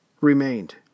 remained